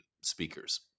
speakers